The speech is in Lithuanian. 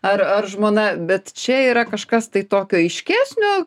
ar ar žmona bet čia yra kažkas tai tokio aiškesnio